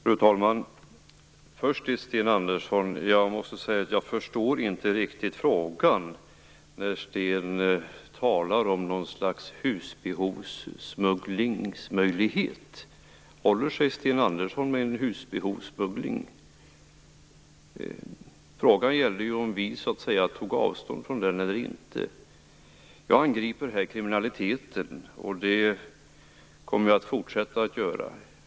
Fru talman! Först vill jag vända mig till Sten Andersson. Jag måste säga att jag inte riktigt förstår frågan när Sten Andersson talar om någon slags möjlighet till husbehovssmuggling. Håller sig Sten Andersson med en husbehovssmuggling? Frågan gällde ju om vi tog avstånd från den eller inte. Jag angriper kriminaliteten och det kommer jag att fortsätta att göra.